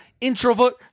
Introvert